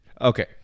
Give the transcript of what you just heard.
Okay